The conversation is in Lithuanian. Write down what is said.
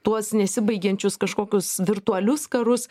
tuos nesibaigiančius kažkokius virtualius karus